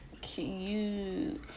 cute